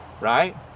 Right